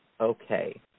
Okay